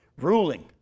ruling